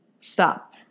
Stop